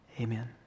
amen